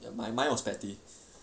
ya my mind was petty